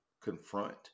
confront